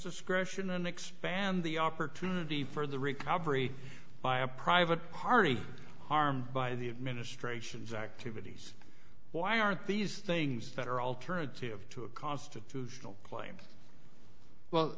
discretion and expand the opportunity for the recovery by a private party harmed by the administration's activities why aren't these things that are alternative to a constitutional claims well